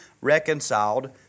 reconciled